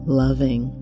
loving